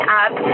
up